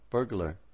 Burglar